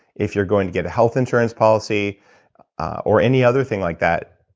if you're going to get a health insurance policy or any other thing like that,